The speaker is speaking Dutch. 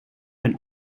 hen